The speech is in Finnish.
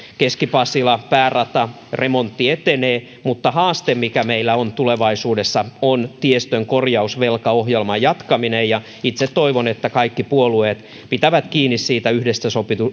keski pasilan päärataremontti etenee mutta haaste mikä meillä on tulevaisuudessa on tiestön korjausvelkaohjelman jatkaminen ja itse toivon että kaikki puolueet pitävät kiinni siitä yhdessä